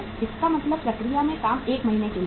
इसका मतलब प्रक्रिया में काम 1 महीने के लिए है